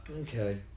Okay